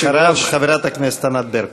אחריו, חברת הכנסת ענת ברקו.